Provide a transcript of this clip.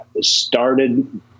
started